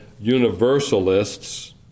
universalists